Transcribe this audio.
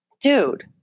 Dude